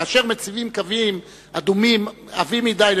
כאשר מציבים קווים אדומים עבים מדי,